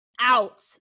out